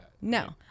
No